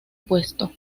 puesto